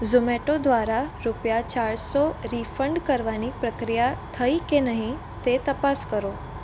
ઝોમેટો દ્વારા રૂપિયા ચારસો રીફંડ કરવાની પ્રક્રિયા થઈ કે નહીં તે તપાસ કરો